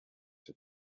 had